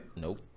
nope